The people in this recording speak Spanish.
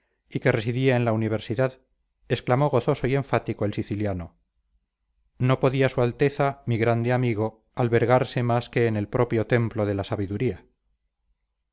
y que residía en la universidad exclamó gozoso y enfático el siciliano no podía su alteza mi grande amigo albergarse más que en el propio templo de la sabiduría